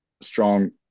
strong